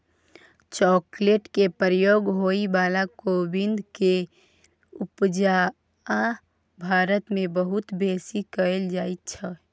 chocolate में प्रयोग होइ बला कोविंद केर उपजा भारत मे बहुत बेसी कएल जाइ छै